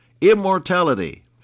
immortality